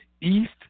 East